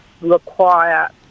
require